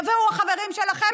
יבואו החברים שלכם,